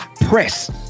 Press